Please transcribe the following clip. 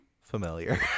familiar